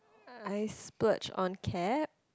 I splurge on cab